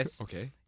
Okay